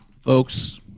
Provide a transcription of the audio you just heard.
folks